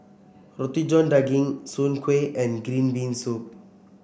Roti John Daging Soon Kuih and Green Bean Soup